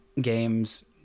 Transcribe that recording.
games